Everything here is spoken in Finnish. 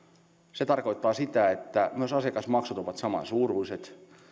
se tarkoittaa sitä että myös asiakasmaksut ovat samansuuruiset